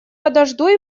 подожду